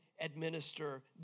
administer